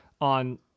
on